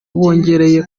wiyongereye